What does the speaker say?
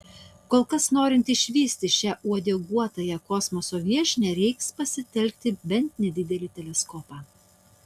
kol kas norint išvysti šią uodeguotąją kosmoso viešnią reiks pasitelkti bent nedidelį teleskopą